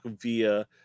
via